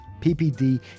PPD